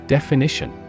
Definition